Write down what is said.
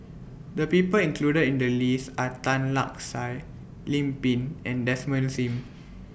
The People included in The list Are Tan Lark Sye Lim Pin and Desmond SIM